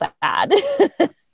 bad